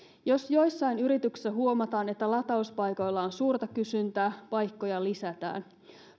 jos joissain yrityksissä huomataan että latauspaikoilla on suurta kysyntää paikkoja lisätään